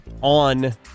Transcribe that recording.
on